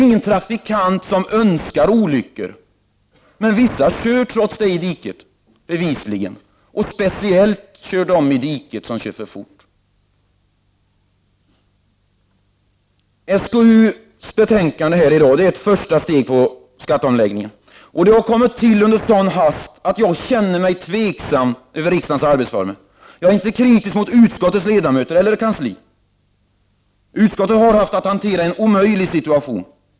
Ingen trafikant önskar olyckor, men vissa kör bevisligen trots det i diket, speciellt de som kör för fort. SkU:s betänkande är ett första steg i skatteomläggningen. Det har kommit till under sådan hast att jag känner mig tveksam till riksdagens arbetsformer. Jag är inte kritisk mot utskottets ledamöter eller kansli. Utskottet har haft att hantera en omöjlig situation.